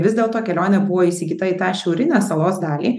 vis dėlto kelionė buvo įsigyta į tą šiaurinę salos dalį